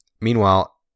Meanwhile